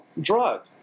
drug